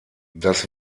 das